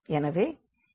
எனவே இதிலிருந்து Ax b